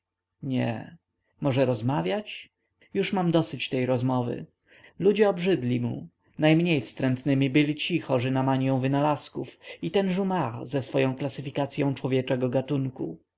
nie może rozmawiać już mam dosyć tej rozmowy ludzie obrzydli mu najmniej wstrętnymi byli ci chorzy na manią wynalazków i ten jumart ze swoją klasyfikacyą człowieczego gatunku